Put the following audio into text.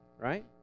right